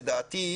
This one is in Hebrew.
לדעתי,